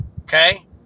Okay